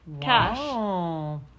Cash